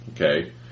Okay